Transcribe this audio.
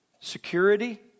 security